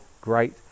great